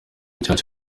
cyacu